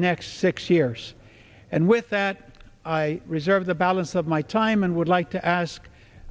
next six years and with that i reserve the balance of my time and would like to ask